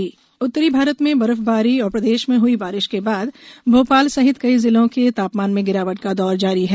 मौसम उत्तर भारत में बर्फबारी और प्रदेश में हई बारिश के बाद भोपाल सहित कई जिलों के तापमान में गिरावट का दौर जारी है